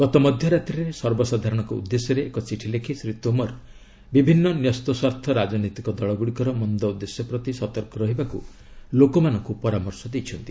ଗତ ମଧ୍ୟରାତ୍ରିରେ ସର୍ବସାଧାରଣଙ୍କ ଉଦ୍ଦେଶ୍ୟରେ ଏକ ଚିଠି ଲେଖି ଶ୍ରୀ ତୋମର ବିଭିନ୍ନ ନ୍ୟସ୍ତସ୍ୱାର୍ଥ ରାଜନୈତିକ ଦଳଗୁଡ଼ିକର ମନ୍ଦ ଉଦ୍ଦେଶ୍ୟ ପ୍ରତି ସତର୍କ ରହିବାକୁ ଲୋକମାନଙ୍କୁ ପରାମର୍ଶ ଦେଇଛନ୍ତି